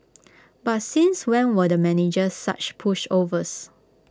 but since when were the managers such pushovers